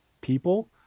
people